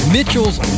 Mitchell's